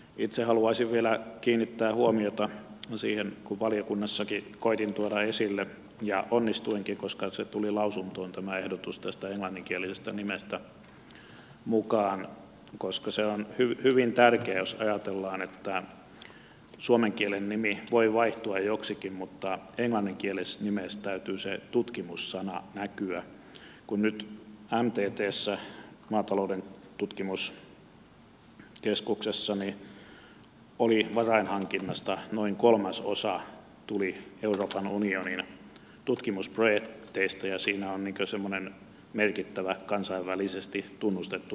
itse haluaisin vielä kiinnittää huomiota siihen mitä valiokunnassakin koetin tuoda esille ja onnistuinkin koska tuli lausuntoon tämä ehdotus tästä englanninkielisestä nimestä mukaan että se on hyvin tärkeää jos ajatellaan että suomenkielinen nimi voi vaihtua joksikin mutta englanninkielisessä nimessä täytyy sen tutkimus sanan näkyä kun nyt mttssä maatalouden tutkimuskeskuksessa varainhankinnasta noin kolmasosa tuli euroopan unionin tutkimusprojekteista ja siinä on semmoinen merkittävä kansainvälisesti tunnustettu tutkimustraditio